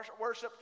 worship